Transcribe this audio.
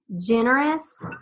generous